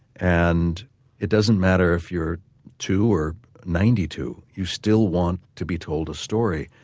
and it doesn't matter if you're two or ninety two, you still want to be told a story.